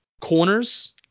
corners